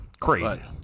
Crazy